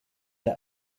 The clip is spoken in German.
der